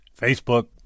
Facebook